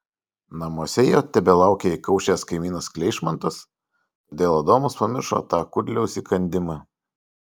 namuose jo tebelaukė įkaušęs kaimynas kleišmantas todėl adomas pamiršo tą kudliaus įkandimą